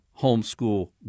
homeschool